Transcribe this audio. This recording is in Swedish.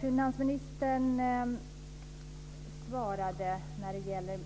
Finansministern svarade när det gäller